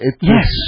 Yes